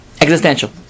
Existential